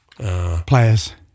Players